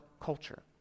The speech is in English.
culture